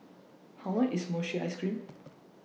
How much IS Mochi Ice Cream